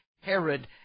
Herod